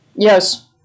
Yes